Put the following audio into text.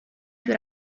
più